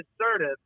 assertive